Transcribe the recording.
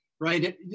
Right